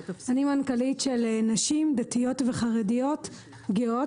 אני מנכ"לית של נשים דתיות וחרדיות גאות.